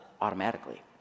automatically